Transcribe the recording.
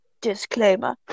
Disclaimer